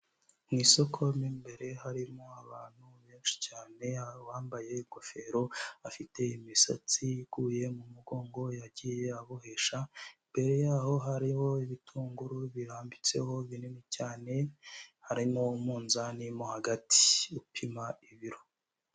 Mu isoko mo mbere harimo abantu benshi cyane, hari uwambaye ingofero afite imisatsi iguye mu mugongo yagiye abohesha, imbere yaho hariho ibitunguru birambitseho binini cyane, harimo umunzani mo hagati upima ibiro.